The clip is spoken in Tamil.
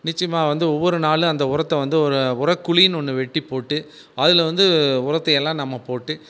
நிச்சயமாக வந்து ஒவ்வொரு நாளும் அந்த உரத்தை வந்து ஒரு உரக்குழின்னு ஒன்று வெட்டிப் போட்டு அதில் வந்து உரத்தை எல்லாம் நம்ம போட்டு